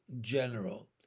general